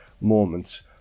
moments